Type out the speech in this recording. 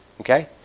Okay